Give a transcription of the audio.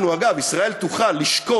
אנחנו, אגב, ישראל תוכל לשקול,